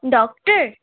doctor